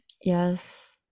yes